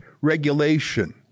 regulation